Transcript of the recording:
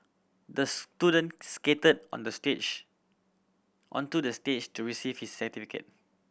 the student skated on the stage onto the stage to receive his certificate